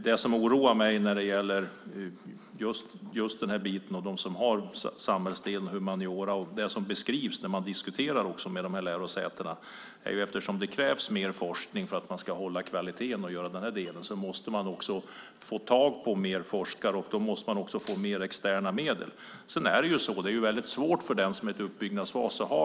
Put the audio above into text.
Det som oroar mig just när det gäller dels den här biten och de som har samhällsvetenskap och humaniora, dels det som beskrivs i diskussionen med de här lärosätena är att det krävs mer forskning för att hålla kvaliteten. Då måste man få tag i mer forskare och få mer externa medel. Detta är mycket svårt för den som är i en uppbyggnadsfas.